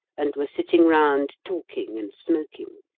and were sitting round, talking and smoking.